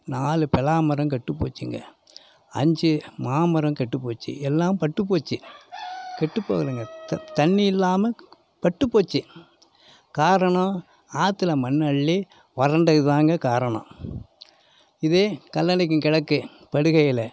நாலு பலா மரம் கெட்டு போச்சுங்க அஞ்சு மாமரம் கெட்டு போச்சு எல்லாம் பட்டு போச்சு கெட்டு போகலைங்க த தண்ணி இல்லாமல் பட்டு போச்சு காரணம் ஆற்றுல மண்ணள்ளி வறண்டதுதாங்க காரணம் இதே கல்லணைக்கும் கெழக்கே படுகையில்